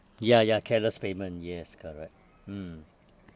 ya ya cashless payment yes correct mm